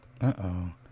Uh-oh